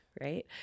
right